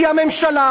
כי הממשלה,